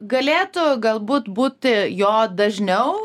galėtų galbūt būti jo dažniau